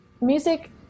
music